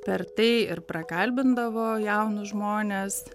per tai ir prakalbindavo jaunus žmones